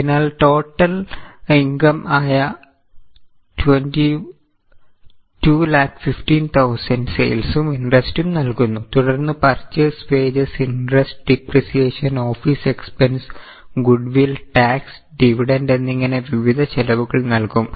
അതിനാൽ total income ആയ 215000 സെയിൽസും ഇൻഡ്രസ്റ്റും നൽകുന്നു തുടർന്ന് purchase wages interest depreciation office expense goodwill tax dividend എന്നിങ്ങനെ വിവിധ ചെലവുകൾ നൽകും